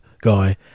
guy